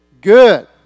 good